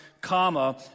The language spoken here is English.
comma